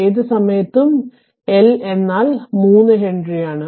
ഏത് സമയത്തും L എന്നാൽ 3 ഹെൻറിയാണ്